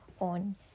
on